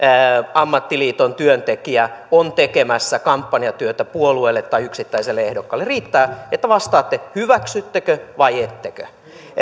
ammattiliiton työntekijä on tekemässä kampanjatyötä puolueelle tai yksittäiselle ehdokkaalle riittää että vastaatte hyväksyttekö vai ettekö